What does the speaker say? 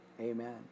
amen